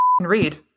read